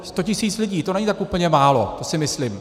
Sto tisíc lidí, to není tak úplně málo, si myslím.